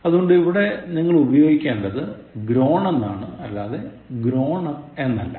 അതുകൊണ്ട് ഇവിടെ നിങ്ങൾ ഉപയോഗിക്കേണ്ടത് grown എന്നാണ് അല്ലാതെ grown up എന്നല്ല